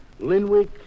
Linwick